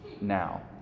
now